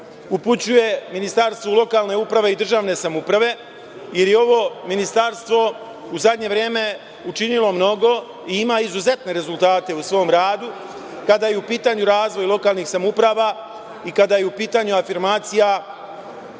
upućuje Ministarstvu državne uprave i lokalne samouprave, jer je ovo ministarstvo u zadnje vreme učinilo mnogo i ima izuzetne rezultate u svom radu kada je u pitanju razvoj lokalnih samouprava i kada je u pitanju afirmacija